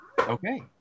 Okay